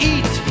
Eat